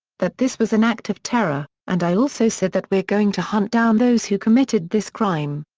that this was an act of terror, and i also said that we're going to hunt down those who committed this crime.